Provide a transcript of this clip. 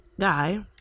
guy